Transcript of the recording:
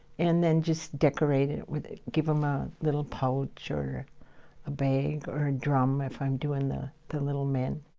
and then just decorate it with give them a little pouch, or a bag, or a drum, if i'm doing the the little men.